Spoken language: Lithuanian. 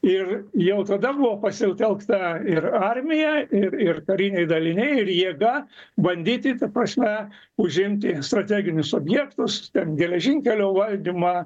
ir jau tada buvo pasitelkta ir armija ir ir kariniai daliniai ir jėga bandyti ta prasme užimti strateginius objektus geležinkelio valdymą